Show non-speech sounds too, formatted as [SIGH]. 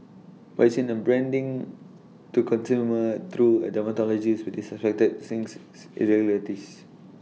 but it's in the branding to consumer through A dermatologist with suspected since [UNINTELLIGIBLE] irregularities